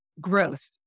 growth